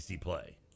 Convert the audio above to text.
play